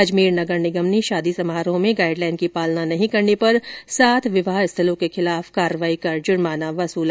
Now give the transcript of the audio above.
अजमेर नगर निगम ने शादी समारोह में गाइड लाइन की पालना नहीं करने पर सात विवाह स्थलों के खिलाफ कार्रवाई कर जुर्माना वसूला